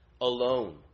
alone